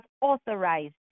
authorized